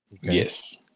Yes